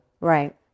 Right